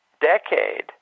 decade